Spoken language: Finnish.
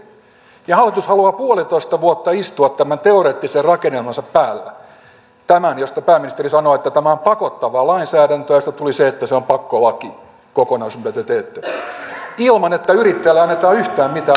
hallitus haluaa puolitoista vuotta istua tämän teoreettisen rakennelmansa päällä tämän josta pääministeri sanoi että tämä on pakottavaa lainsäädäntöä mistä tuli se että se on pakkolaki kokonaisuus mitä te teette ilman että yrittäjälle annetaan yhtään mitään muuta kuin lämmintä kättä